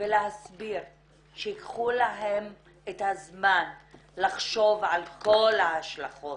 ולהסביר שייקחו להם את הזמן לחשוב על כל ההשלכות,